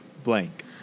blank